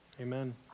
Amen